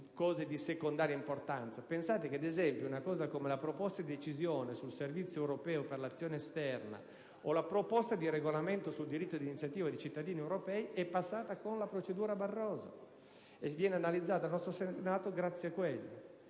di secondaria importanza: ad esempio, la proposta di decisione sul servizio europeo per l'azione esterna o la proposta di regolamento sul diritto di iniziativa dei cittadini europei sono passate con la procedura Barroso e vengono analizzate dal nostro Senato grazie a quella